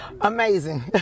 Amazing